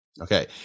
Okay